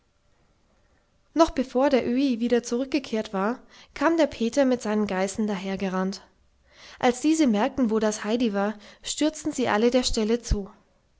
noch bevor der öhi wieder zurückgekehrt war kam der peter mit seinen geißen dahergerannt als diese merkten wo das heidi war stürzten sie alle der stelle zu